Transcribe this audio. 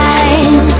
Time